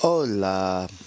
Hola